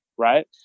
right